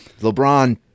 lebron